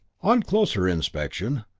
on closer inspection,